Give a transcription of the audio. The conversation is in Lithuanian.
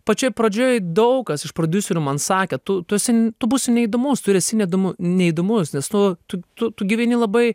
pačioj pradžioj daug kas iš prodiuserių man sakė tu tu esi n tu būsi neįdomus tu ir esi neįdomu neįdomus nes nu tu tu tu gyveni labai